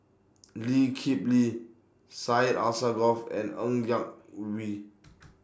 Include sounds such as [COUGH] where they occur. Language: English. Lee Kip Lee Syed Alsagoff and Ng Yak Whee [NOISE]